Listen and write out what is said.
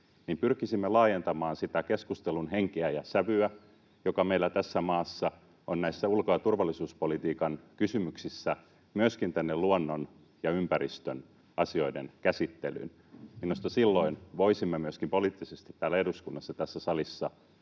pyrkisimme laajentamaan sitä keskustelun henkeä ja sävyä, joka meillä tässä maassa on ulko- ja turvallisuuspolitiikan kysymyksissä, myöskin tänne luonnon ja ympäristön asioiden käsittelyyn. Minusta silloin voisimme myöskin poliittisesti täällä eduskunnassa, tässä salissa,